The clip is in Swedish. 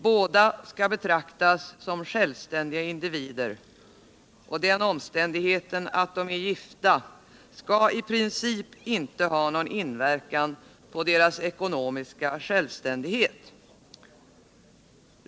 Båda skall betraktas som självständiga individer, och den omständigheten att de är gifta med varandra skall i princip inte ha någon inverkan på deras ekonomiska självständighet.